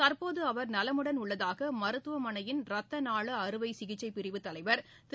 தற்போதுஅவர் நலமுடன் உள்ளதாகமருத்துவமனையின் இரத்தநாள அறுவைசிகிச்சைபிரிவு தலைவர் திரு